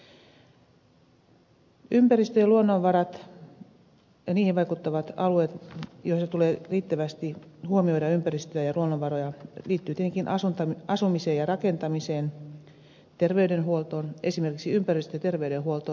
ne ympäristöön ja luonnonvaroihin vaikuttavat alueet joilla tulee riittävästi huomioida ympäristöä ja luonnonvaroja liittyvät tietenkin asumiseen ja rakentamiseen terveydenhuoltoon esimerkiksi ympäristöterveydenhuoltoon